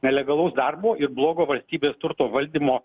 nelegalaus darbo ir blogo valstybės turto valdymo